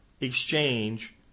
exchange